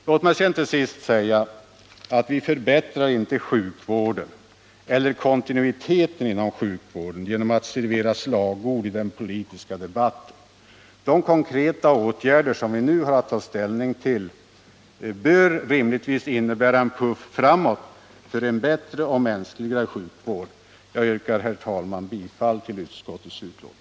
Låt mig sedan till sist säga att vi inte förbättrar sjukvården eller kontinuiteten inom sjukvården genom att servera slagord i den politiska debatten. De konkreta åtgärder som vi nu har att ta ställning till bör rimligtvis innebära en puff framåt för en bättre och mänskligare sjukvård. Jag yrkar, herr talman, bifall till utskottets hemställan.